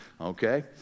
okay